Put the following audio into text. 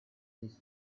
his